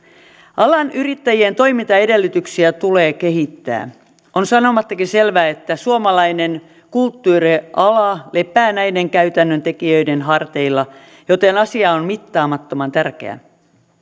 alan yrittäjien toimintaedellytyksiä tulee kehittää on sanomattakin selvää että suomalainen kulttuuriala lepää näiden käytännön tekijöiden harteilla joten asia on mittaamattoman tärkeä